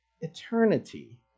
eternity